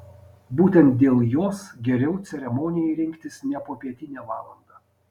būtent dėl jos geriau ceremonijai rinktis ne popietinę valandą